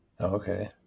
Okay